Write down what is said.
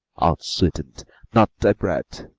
out-sweet'ned not thy breath.